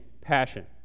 passion